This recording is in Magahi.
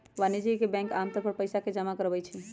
वाणिज्यिक बैंक आमतौर पर पइसा जमा करवई छई